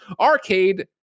arcade